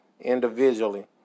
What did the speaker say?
individually